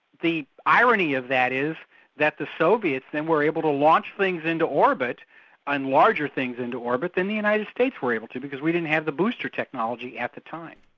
the irony of that is that the soviets then were able to launch things into orbit and larger things into orbit than the united states were able to, because we didn't have the booster technology at the time.